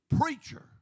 preacher